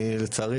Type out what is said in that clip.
לצערי,